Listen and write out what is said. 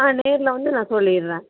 ஆ நேரில் வந்து நான் சொல்லிவிடுறேன்